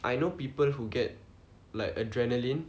I know people who get like adrenaline